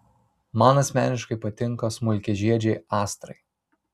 man asmeniškai patinka smulkiažiedžiai astrai